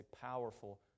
powerful